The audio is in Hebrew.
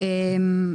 אין בעיה.